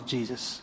Jesus